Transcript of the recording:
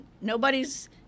Nobody's